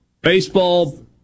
Baseball